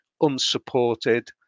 unsupported